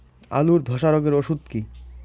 আলুর ধসা রোগের ওষুধ কি?